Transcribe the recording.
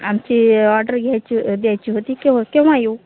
आमची ऑर्डर घ्यायची द्यायची होती तेव्हा केव्हा येऊ